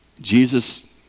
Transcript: Jesus